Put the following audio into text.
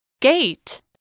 gate